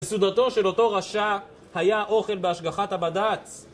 סעודתו של אותו רשע, היה אוכל בהשגחת הבד"ץ